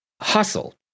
hustle